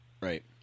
Right